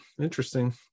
interesting